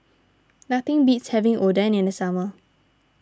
nothing beats having Oden in the summer